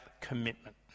commitment